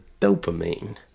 dopamine